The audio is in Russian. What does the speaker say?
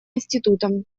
институтам